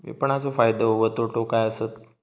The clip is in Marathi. विपणाचो फायदो व तोटो काय आसत?